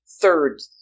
Third